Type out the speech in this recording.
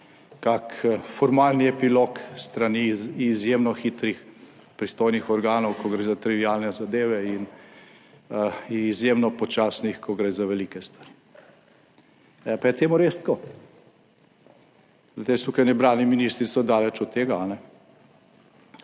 kak formalni epilog s strani izjemno hitrih pristojnih organov, ko gre za trivialne zadeve in izjemno počasnih, ko gre za velike stvari. Pa je temu res tako? Glejte, jaz tukaj ne branim ministrice, daleč od tega, še